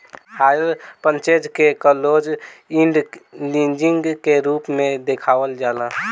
hire purchase के close end leasing के रूप में देखावल जाला